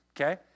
okay